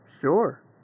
Sure